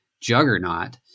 juggernaut